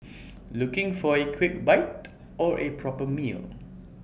looking for A quick bite or A proper meal